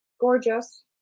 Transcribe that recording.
Gorgeous